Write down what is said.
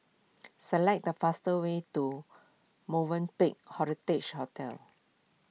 select the faster way to Movenpick Heritage Hotel